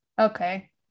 Okay